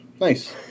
Nice